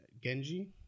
Genji